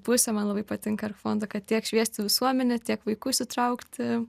pusė man labai patinka ark fondo kad tiek šviesti visuomenę tiek vaikų įsitraukti